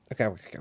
okay